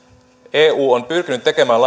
eu on pyrkinyt tekemään